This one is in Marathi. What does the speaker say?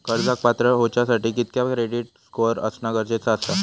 कर्जाक पात्र होवच्यासाठी कितक्या क्रेडिट स्कोअर असणा गरजेचा आसा?